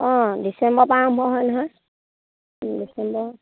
অঁ ডিচেম্বৰ পৰা আৰম্ভ হয় নহয় ডিচেম্বৰ